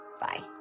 Bye